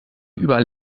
überall